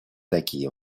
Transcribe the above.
такие